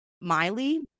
Miley